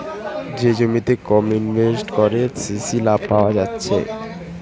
যে জমিতে কম ইনভেস্ট কোরে বেশি লাভ পায়া যাচ্ছে